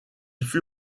fut